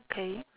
K